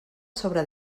sobre